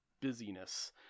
busyness